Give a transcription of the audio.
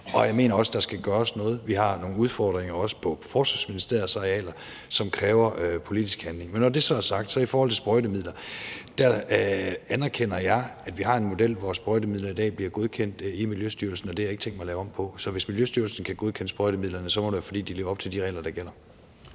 Jeg mener også, der skal gøres noget. Vi har også nogle udfordringer på Forsvarsministeriets arealer, som kræver politisk handling. Men når det så er sagt, anerkender jeg i forhold til sprøjtemidler, at vi i dag har en model, hvor sprøjtemidler bliver godkendt i Miljøstyrelsen, og det har jeg ikke tænkt mig at lave om på. Så hvis Miljøstyrelsen kan godkende sprøjtemidlerne, må det være, fordi de lever op til de regler, der gælder.